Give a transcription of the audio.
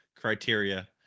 criteria